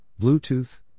Bluetooth